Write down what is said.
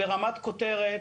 ברמת כותרת,